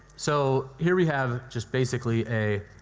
so, here we have just basically a.